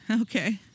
Okay